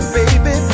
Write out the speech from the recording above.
baby